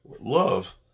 love